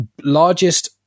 largest